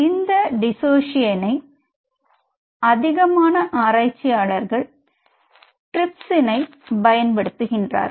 இந்த டிஸோஸியேஷனை அதிகமான ஆராய்ச்சியாளர்கள் ட்ரிப்சினை பயன்படுத்த்துகிறார்கள்